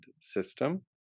system